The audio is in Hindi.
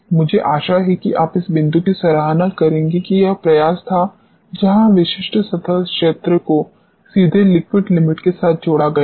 मुझे आशा है कि आप इस बिंदु की सराहना करेंगे कि यह प्रयास था जहां विशिष्ट सतह क्षेत्र को सीधे लिक्विड लिमिट के साथ जोड़ा गया है